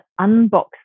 unbox